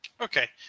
okay